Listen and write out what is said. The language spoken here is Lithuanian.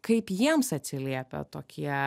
kaip jiems atsiliepia tokie